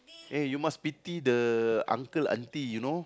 eh you must pity the uncle aunty you know